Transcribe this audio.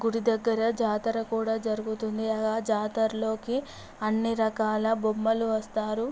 గుడి దగ్గర జాతర కూడా జరుగుతుంది అలా జాతరలోకి అన్ని రకాల బొమ్మలు వస్తారు